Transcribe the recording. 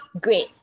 great